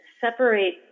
separate